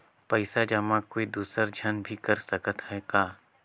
पइसा जमा कोई दुसर झन भी कर सकत त ह का?